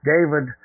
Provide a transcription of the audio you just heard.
David